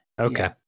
Okay